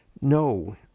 no